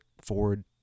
forward